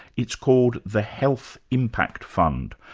it's called the health impact fund,